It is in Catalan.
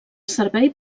servei